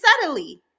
subtly